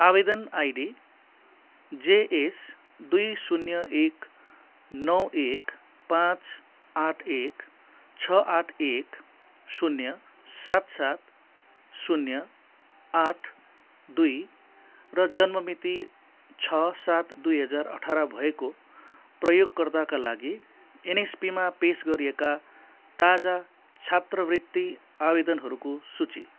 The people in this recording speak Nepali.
आवेदन आइडी जेएस दुई शून्य एक नौ एक पाँच आठ एक छ आठ एक शून्य सात सात शून्य आठ दुई र जन्ममिति छ सात दुई हजार अठार भएको प्रयोगकर्ताका लागि एनएसपीमा पेस गरिएका ताजा छात्रवृत्ति आवेदनहरूको सूची